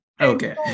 Okay